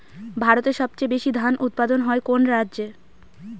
ভারতের সবচেয়ে বেশী ধান উৎপাদন হয় কোন রাজ্যে?